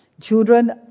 Children